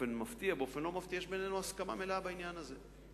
באופן מפתיע הסכמה מלאה בעניין הזה.